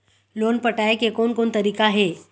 Loan पटाए के कोन कोन तरीका हे?